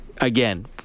Again